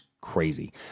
crazy